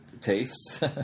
tastes